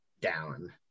down